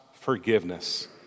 forgiveness